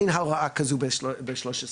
אין הוראה כזו ב-6/13.